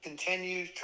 continues